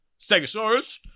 Stegosaurus